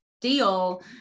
deal